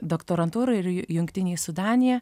doktorantūrą ir jungtinėj su danija